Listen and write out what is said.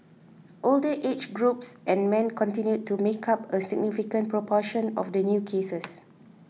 older age groups and men continued to make up a significant proportion of the new cases